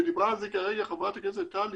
ודיברה על זה כרגע ח"כ טלי